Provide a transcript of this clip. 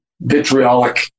vitriolic